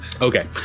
Okay